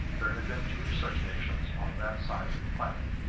there had been two such nations on that side of the planet,